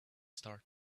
start